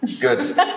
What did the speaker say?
Good